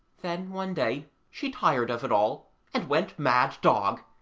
then one day she tired of it all and went mad-dog,